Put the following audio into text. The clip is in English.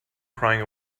crying